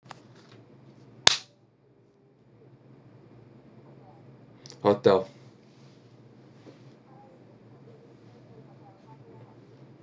hotel